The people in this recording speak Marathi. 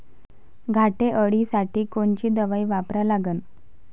घाटे अळी साठी कोनची दवाई वापरा लागन?